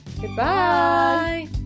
goodbye